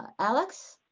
alex?